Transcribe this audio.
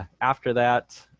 after that,